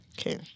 Okay